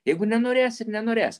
jeigu nenorės ir nenorės